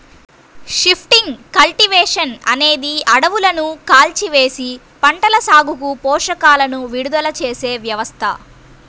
shifting cultivation అనేది అడవులను కాల్చివేసి, పంటల సాగుకు పోషకాలను విడుదల చేసే వ్యవస్థ